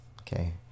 okay